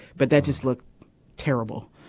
but that just look terrible.